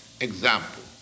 example